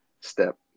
step